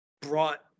brought